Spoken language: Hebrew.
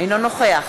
אינו נוכח